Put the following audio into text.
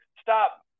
stop